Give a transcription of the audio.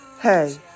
Hey